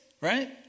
Right